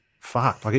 Fuck